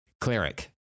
cleric